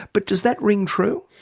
but does that ring true?